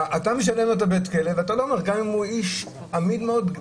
גם אם הוא איש אמיד מאוד.